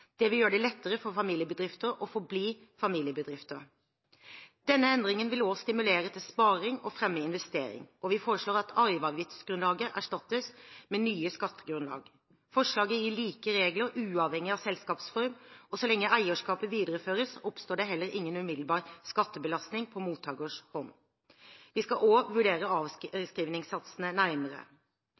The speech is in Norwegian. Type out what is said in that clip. Det vil gjøre det lettere for familiebedrifter å forbli familiebedrifter. Denne endringen vil også stimulere til sparing og fremme investering. Vi foreslår at arveavgiftsgrunnlaget erstattes med nye skattegrunnlag. Forslaget gir like regler uavhengig av selskapsform, og så lenge eierskapet videreføres, oppstår det heller ingen umiddelbar skattebelastning på mottakers hånd. Vi skal også vurdere avskrivningssatsene nærmere.